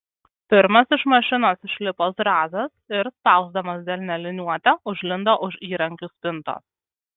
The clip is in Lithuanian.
pirmas iš mašinos išlipo zrazas ir spausdamas delne liniuotę užlindo už įrankių spintos